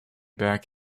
back